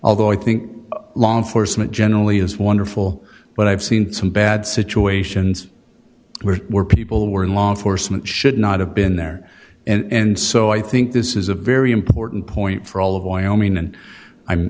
although i think law enforcement generally is wonderful but i've seen some bad situations where were people were in law enforcement should not have been there and so i think this is a very important point for all of wyoming and i'm